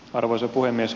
arvoisa puhemies